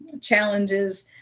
challenges